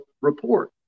report